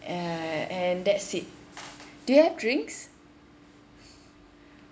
uh and that's it do you have drinks